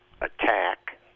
attack